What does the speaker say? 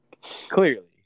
clearly